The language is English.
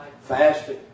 Fasting